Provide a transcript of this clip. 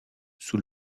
sous